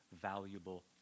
valuable